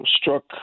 struck